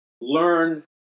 learn